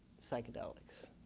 psychedelics.